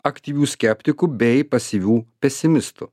aktyvių skeptikų bei pasyvių pesimistų